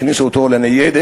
הכניסו אותו לניידת,